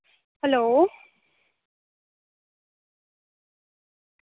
hello